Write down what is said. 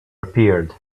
appeared